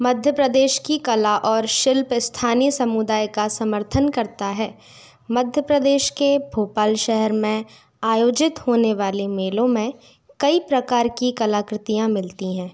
मध्य प्रदेश की कला और शिल्प स्थानीय समुदाय का समर्थन करता है मध्य प्रदेश के भोपाल शहर में आयोजित होने वाले मेलों में कई प्रकार की कलाकृतियाँ मिलती हैं